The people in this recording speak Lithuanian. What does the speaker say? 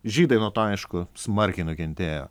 žydai nuo to aišku smarkiai nukentėjo